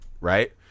right